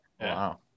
Wow